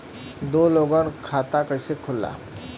दो लोगक खाता कइसे खुल्ला?